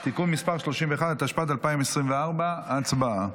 (תיקון מס' 31), התשפ"ד 2024. הצבעה.